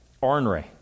ornery